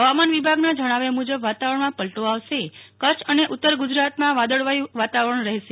હવામાન વિભાગના જણાવ્યા મુજબ વાતાવરણમાં પલટો આવશે કચ્છ અને ઉત્તર ગુજરાતમાં વાદળછાયું વાતાવરણ રહેશે